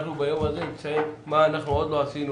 אנחנו ביום הזה נציין מה עוד לא עשינו